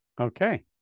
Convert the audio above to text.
Okay